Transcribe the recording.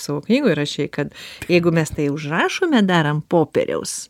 savo knygoj rašei kad jeigu mes tai užrašome dar ant popieriaus